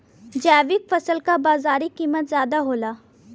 जैविक फसल क बाजारी कीमत ज्यादा होला